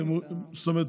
זאת אומרת,